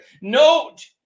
Note